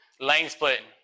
lane-splitting